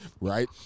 Right